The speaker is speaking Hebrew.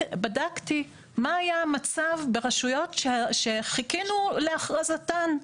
בדקתי מה היה המצב ברשויות שחיכינו להכרזתן.